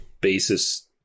basis